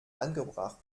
angebracht